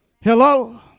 Hello